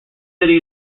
city